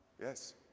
Yes